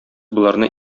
боларны